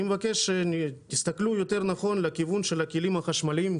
אני מבקש שתסתכלו נכון יותר לכיוון של הכלים החשמליים,